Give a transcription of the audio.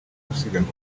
gusiganwa